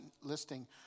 listing